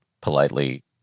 politely